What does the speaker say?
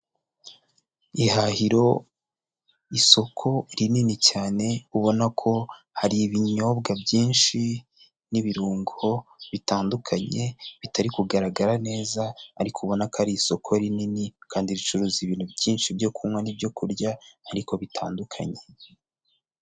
Ihahiro isoko rinini cyane ubona ko hari ibinyobwa byinshi n'ibirungo bitandukanye bitari kugaragara neza ariko ubona ko ari isoko rinini kandi ricuruza ibintu byinshi byo kunywa n'ibyo kurya ariko bitandukanye.